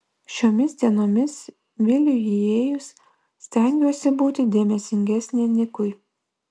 šiomis dienomis viliui įėjus stengiuosi būti dėmesingesnė nikui